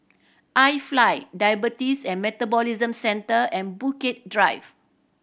IFly Diabetes and Metabolism Centre and Bukit Drive